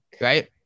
Right